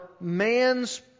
man's